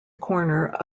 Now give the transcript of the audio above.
corner